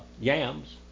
yams